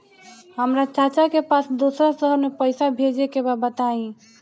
हमरा चाचा के पास दोसरा शहर में पईसा भेजे के बा बताई?